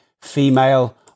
female